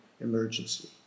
emergency